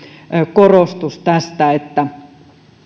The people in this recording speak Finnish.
korostus että